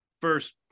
first